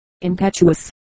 impetuous